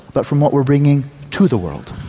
but from what we're bringing to the world.